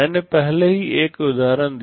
मैंने पहले ही एक उदाहरण दिया